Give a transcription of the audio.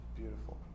Beautiful